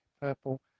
purple